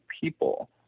people